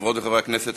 חברות וחברי הכנסת,